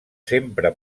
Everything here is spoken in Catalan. sempre